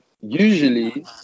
Usually